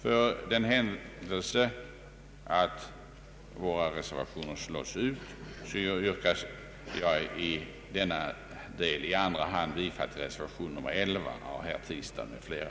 För den händelse våra reservationer slås ut, yrkar jag i denna del i andra hand bifall till reservation nr 11 av herr Tistad m.fl.